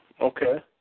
Okay